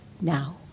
Now